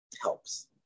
helps